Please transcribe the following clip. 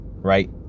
right